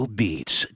beats